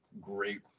great